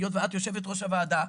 היות ואת יושבת-ראש הוועדה,